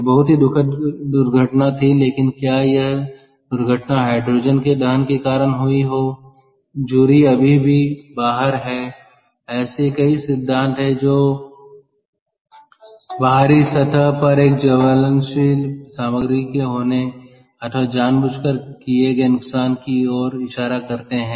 यह बहुत ही दुखद दुर्घटना थी लेकिन क्या वह दुर्घटना हाइड्रोजन के दहन के कारण हुई हो जूरी अभी भी बाहर है ऐसे कई सिद्धांत हैं जो बाहरी सतह पर एक ज्वलनशील सामग्री के होने अथवा जानबूझकर किए गए नुकसान की ओर इशारा करते हैं